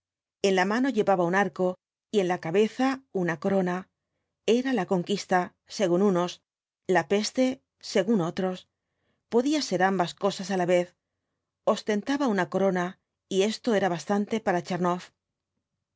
en la mano llevaba un arco y en la cabeza una corona era la conquista según unos la peste según otros podía ser ambas cosas á la vez ostentaba una corona y esto era bastante para